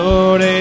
Lord